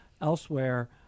elsewhere